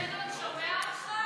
שלדון שומע אותך?